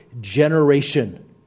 generation